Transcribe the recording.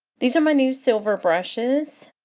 these are my new silver brushes